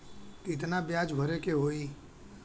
कितना ब्याज भरे के होई?